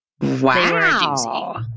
Wow